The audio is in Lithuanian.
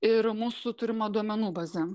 ir mūsų turima duomenų baze